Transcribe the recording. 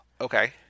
Okay